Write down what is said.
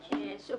שוב,